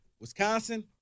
Wisconsin